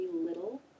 little